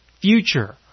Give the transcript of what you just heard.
future